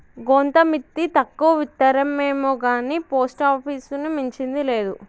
గోంత మిత్తి తక్కువిత్తరేమొగాని పోస్టాపీసుని మించింది లేదు